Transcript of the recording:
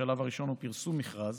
השלב הראשון הוא פרסום מכרז